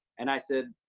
and i said,